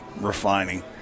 refining